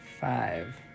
Five